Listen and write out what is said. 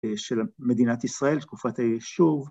‫של מדינת ישראל, תקופת הישוב.